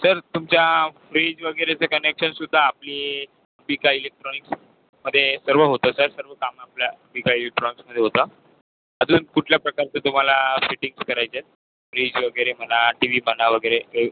sir तुमच्या fridge वगैरेचं कनेक्शनसुद्धा आपली अंबिका इलेक्ट्रॉनिक्स मध्ये सर्व होतं सर सर्व कामं आपल्या अंबिका इलेक्ट्रॉनिक्समध्ये होतं अजून कुठल्या प्रकारचं तुम्हाला फिटिंगचं करायच्या आहेत फ्रीज वगैरे म्हणा टी वी म्हणा वगैरे ए